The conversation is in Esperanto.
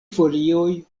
folioj